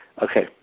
Okay